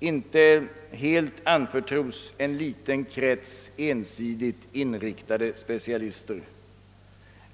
inte helt anförtros en liten krets ensidigt inriktade specialister.